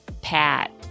Pat